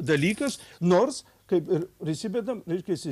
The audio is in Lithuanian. dalykas nors kaip ir prisimenam reiškiasi